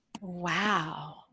Wow